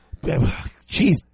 Jeez